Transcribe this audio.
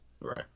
right